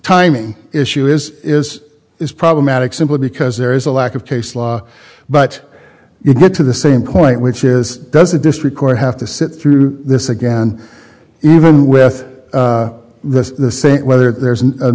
timing issue is is is problematic simply because there is a lack of case law but you get to the same point which is does a district court have to sit through this again even with the same whether there's a